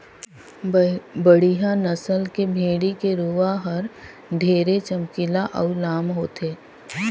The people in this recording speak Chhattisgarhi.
बड़िहा नसल के भेड़ी के रूवा हर ढेरे चमकीला अउ लाम होथे